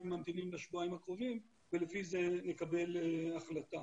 ממתינים לשבועיים הקרובים ולפי זה נקבל החלטה.